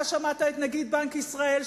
אתה שמעת את נגיד בנק ישראל,